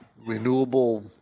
renewable